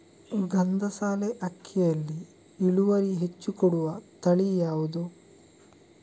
ಗಂಧಸಾಲೆ ಅಕ್ಕಿಯಲ್ಲಿ ಇಳುವರಿ ಹೆಚ್ಚು ಕೊಡುವ ತಳಿ ಯಾವುದು?